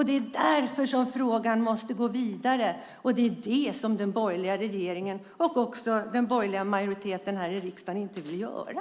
Det är därför som vi måste gå vidare med frågan, och det vill inte den borgerliga regeringen och den borgerliga majoriteten i riksdagen göra.